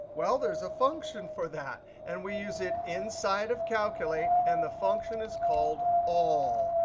well, there's a function for that, and we use it inside of calculate. and the function is called all.